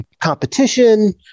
competition